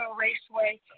Raceway